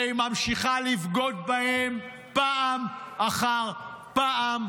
והיא ממשיכה לבגוד בהם פעם אחר פעם.